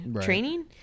training